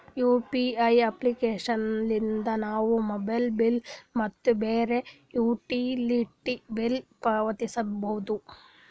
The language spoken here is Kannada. ಯು.ಪಿ.ಐ ಅಪ್ಲಿಕೇಶನ್ ಲಿದ್ದ ನಾವು ಮೊಬೈಲ್ ಬಿಲ್ ಮತ್ತು ಬ್ಯಾರೆ ಯುಟಿಲಿಟಿ ಬಿಲ್ ಪಾವತಿಸಬೋದು